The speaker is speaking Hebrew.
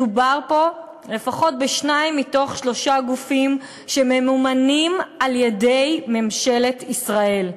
מדובר פה לפחות בשניים משלושה גופים שממומנים על-ידי ממשלת ישראל,